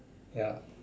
ya